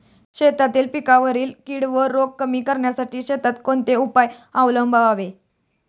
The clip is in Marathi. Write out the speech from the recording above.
शेतातील पिकांवरील कीड व रोग कमी करण्यासाठी शेतात कोणते उपाय अवलंबावे?